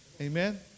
Amen